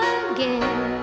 again